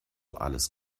alles